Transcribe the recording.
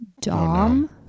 Dom